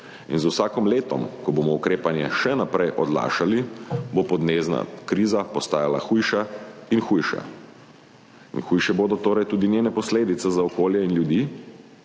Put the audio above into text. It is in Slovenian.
in z vsakim letom, ko bomo ukrepanje še naprej odlašali, bo podnebna kriza postajala hujša in hujše bodo torej tudi njene posledice za okolje in ljudi